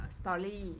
story